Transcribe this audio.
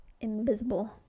invisible